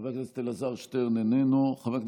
חבר הכנסת אלעזר שטרן, איננו,